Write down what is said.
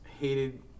hated